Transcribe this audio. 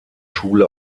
schule